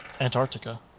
antarctica